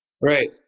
Right